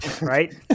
right